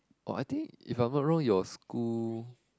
orh I think if I am not wrong your school